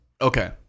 Okay